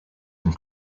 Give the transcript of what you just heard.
from